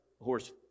Horse